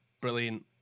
brilliant